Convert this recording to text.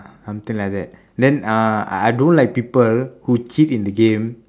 something like that then uh I I don't like people who cheat in the game